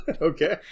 Okay